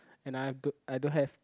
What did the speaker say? and I've don't I don't have